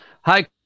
Hi